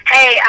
Hey